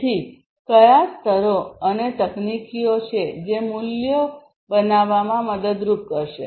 તેથી કયા સ્તરો અને તકનીકીઓ છે જે મૂલ્યો બનાવવામાં મદદ કરશે